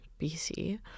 BC